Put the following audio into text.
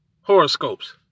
horoscopes